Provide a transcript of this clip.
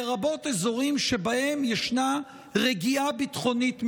לרבות באזורים שבהם ישנה רגיעה ביטחונית מסוימת.